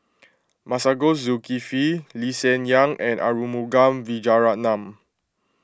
Masagos Zulkifli Lee Hsien Yang and Arumugam Vijiaratnam